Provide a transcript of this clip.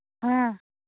हाँ